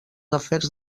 afers